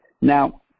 Now